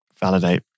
validate